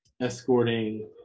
Escorting